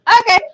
Okay